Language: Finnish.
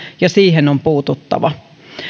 ja siihen on puututtava